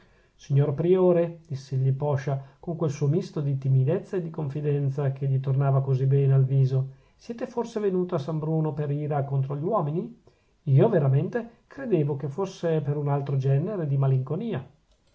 signor priore diss'egli poscia con quel suo misto di timidezza e di confidenza che gli tornava così bene al viso siete forse venuto a san bruno per ira contra gli uomini io veramente credevo che fosse per un altro genere di malinconia